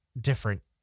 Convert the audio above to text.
different